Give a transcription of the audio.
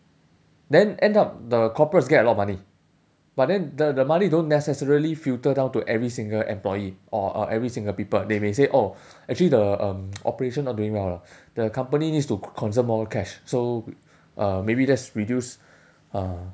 then end up the corporates get a lot of money but then the the money don't necessarily filter down to every single employee or uh every single people they may say oh actually the um operation not doing well lah the company needs to conserve more cash so uh maybe just reduce uh